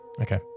okay